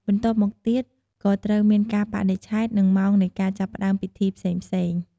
បន្ទាប់មកទៀត ក៏ត្រូវមានកាលបរិច្ឆេទ និងម៉ោងនៃការចាប់ផ្ដើមពិធីផ្សេងៗ។